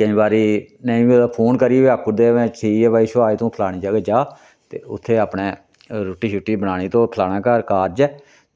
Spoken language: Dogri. केईं बारी नेईं बी होऐ फोन करी बी आक्खुडदे भई ठीक ऐ भई सुभाश तू फलानी जगह जा ते उत्थै अपनै रुट्टी शुट्टी बनानी तो फलानै घर कारज ऐ